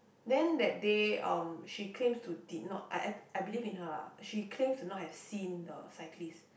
then that day um she claims to did not I I believe in her lah she claims to not have seen to cyclist